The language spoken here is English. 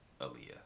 Aaliyah